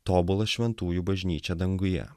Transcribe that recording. tobula šventųjų bažnyčia danguje